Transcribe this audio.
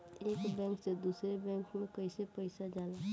एक बैंक से दूसरे बैंक में कैसे पैसा जाला?